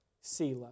Selah